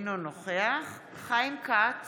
אינו נוכח חיים כץ,